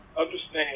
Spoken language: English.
understand